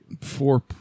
Four